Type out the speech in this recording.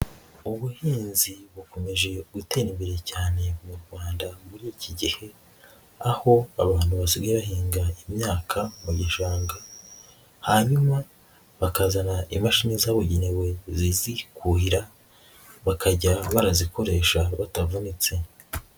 Ubuhinzi bukomeje gutera imbere cyane mu Rwanda muri iki gihe, aho abantu basigaye bahinga imyaka mu gishanga, hanyuma bakazana imashini zabugenewe zizi kuhira bakajya barazikoresha batavunitse.